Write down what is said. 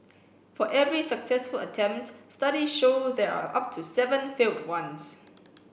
for every successful attempt study show there are up to seven failed ones